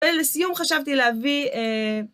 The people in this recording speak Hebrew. ולסיום חשבתי להביא...